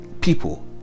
people